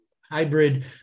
hybrid